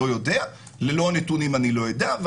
ללא הנתונים אני לא יודע,